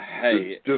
Hey